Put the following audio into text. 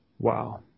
Wow